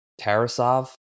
tarasov